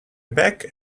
back